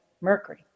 mercury